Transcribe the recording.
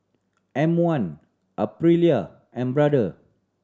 M One Aprilia and Brother